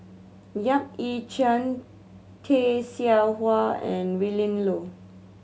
Yap Ee Chian Tay Seow Huah and Willin Low